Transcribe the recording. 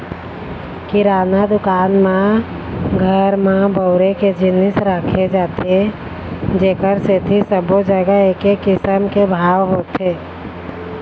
किराना दुकान म घर म बउरे के जिनिस राखे जाथे जेखर सेती सब्बो जघा एके किसम के भाव होथे